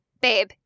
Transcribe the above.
babe